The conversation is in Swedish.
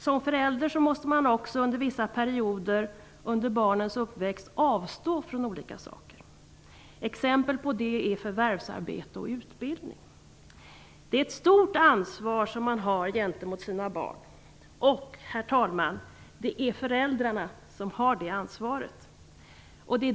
Som förälder måste man också under vissa perioder under barnens uppväxt avstå från olika saker, t.ex. Det är ett stort ansvar som man har gentemot sina barn. Det är, herr talman, föräldrarna som har detta ansvar.